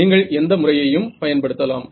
நீங்கள் எந்த முறையையும் பயன்படுத்தலாம்